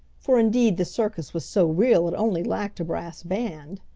for indeed the circus was so real it only lacked a brass band.